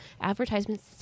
advertisements